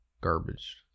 Garbage